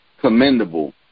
commendable